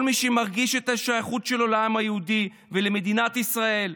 כל מי שמרגיש את השייכות שלו לעם היהודי ולמדינת ישראל,